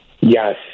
Yes